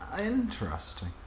Interesting